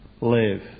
live